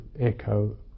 echo